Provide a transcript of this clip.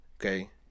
Okay